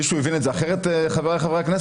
מישהו הבין את זה אחרת, חבריי חברי הכנסת?